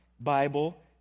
Bible